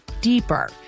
deeper